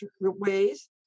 ways